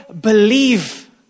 believe